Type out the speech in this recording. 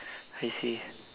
I see